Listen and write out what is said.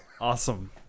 awesome